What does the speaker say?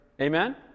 Amen